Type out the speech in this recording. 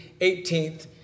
18th